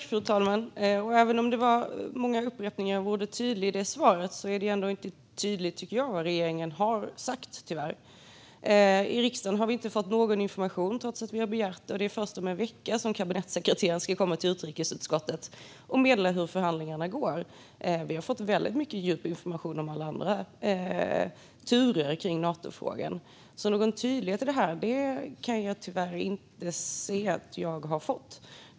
Fru talman! Även om det i svaret var många upprepningar av ordet tydlig tycker jag tyvärr inte att det är riktigt tydligt vad regeringen har sagt. I riksdagen har vi inte fått någon information, trots att vi har begärt det. Och det är först om en vecka som kabinettssekreteraren ska komma till utrikesutskottet och meddela hur förhandlingarna går. Vi har fått väldigt mycket djup information om alla andra turer när det gäller Natofrågan. Men någon tydlighet i det här kan jag tyvärr inte se att jag har fått.